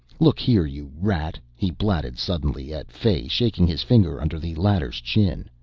look here, you rat, he blatted suddenly at fay, shaking his finger under the latter's chin,